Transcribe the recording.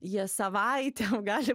jie savaitėm gali